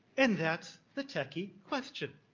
and that's the techie question.